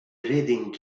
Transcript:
reading